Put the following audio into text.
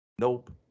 Nope